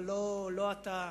אבל לא, לא אתה.